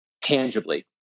tangibly